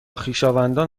خویشاوندان